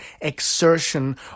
exertion